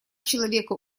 человека